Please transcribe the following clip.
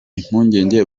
impungenge